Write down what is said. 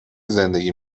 زندگی